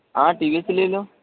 ہاں T V S ہی لے لو